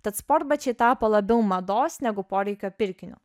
tad sportbačiai tapo labiau mados negu poreikio pirkiniu